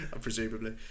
Presumably